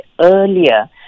earlier